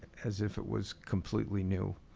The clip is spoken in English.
as if it was completely new.